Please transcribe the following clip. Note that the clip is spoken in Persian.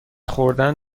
خوردن